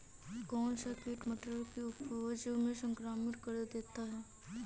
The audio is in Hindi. कौन सा कीट मटर की उपज को संक्रमित कर देता है?